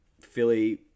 Philly